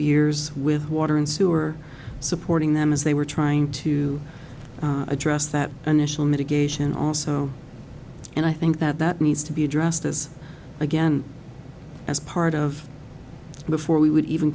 years with water and sewer supporting them as they were trying to address that initial mitigation also and i think that that needs to be addressed as again as part of before we would even